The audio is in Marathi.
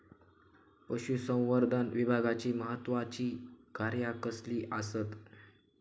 पशुसंवर्धन विभागाची महत्त्वाची कार्या कसली आसत?